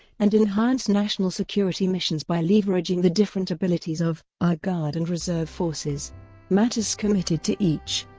and enhance national security missions by leveraging the different abilities of our guard and reserve forces mattis committed to each.